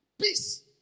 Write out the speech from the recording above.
Peace